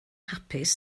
hapus